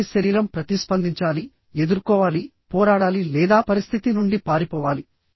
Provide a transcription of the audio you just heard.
కాబట్టి శరీరం ప్రతిస్పందించాలి ఎదుర్కోవాలి పోరాడాలి లేదా పరిస్థితి నుండి పారిపోవాలి